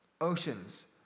Oceans